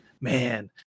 man